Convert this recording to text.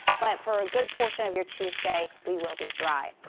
but for a good portion of your tuesday, we will be dry.